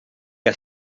que